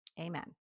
Amen